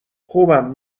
خوبم